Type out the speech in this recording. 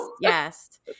Yes